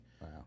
Wow